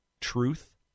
truth